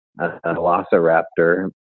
velociraptor